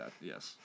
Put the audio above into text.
Yes